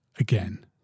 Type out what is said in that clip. again